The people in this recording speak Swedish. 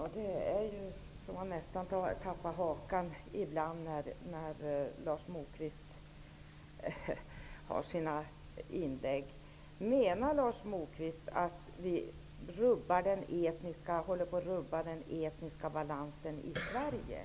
Herr talman! Man tappar nästan hakan ibland när Lars Moquist gör sina inlägg. Menar Lars Moquist att vi håller på att rubba den etniska balansen i Sverige?